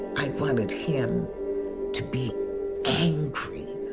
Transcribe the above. i wanted him to be angry.